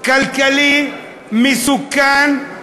כלכלי מסוכן,